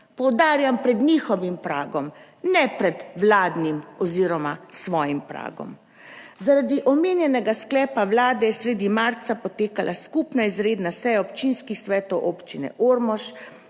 poudarjam, pred njihovim pragom, ne pred vladnim oziroma svojim pragom. Zaradi omenjenega sklepa Vlade je sredi marca potekala skupna izredna seja občinskih svetov Občine Ormož,